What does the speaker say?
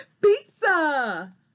pizza